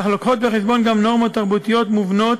אך מביאות בחשבון גם נורמות תרבותיות מובנות,